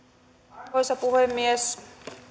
arvoisa puhemies